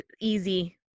easy